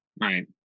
right